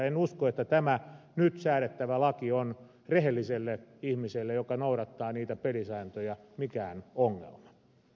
en usko että tämä nyt säädettävä laki on rehelliselle ihmiselle joka noudattaa niitä pelisääntöjä mikään ongelma